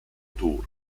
tour